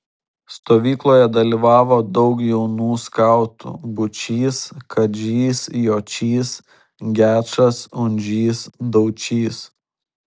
stovykloje dalyvavo daug jaunų skautų būčys kadžys jočys gečas undžys daučys